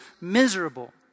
miserable